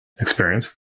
experience